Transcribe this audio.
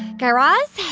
guy raz,